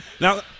Now